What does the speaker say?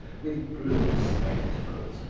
with blue spectacles,